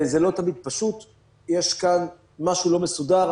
זה לא תמיד פשוט, יש כאן משהו לא מסודר.